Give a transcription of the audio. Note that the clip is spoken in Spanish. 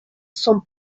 son